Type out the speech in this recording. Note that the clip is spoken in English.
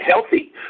healthy